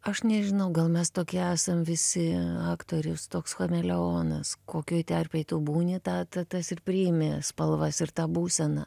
aš nežinau gal mes tokie esam visi aktorius toks chameleonas kokioj terpėj tu būni tą ta tas ir priimi spalvas ir tą būseną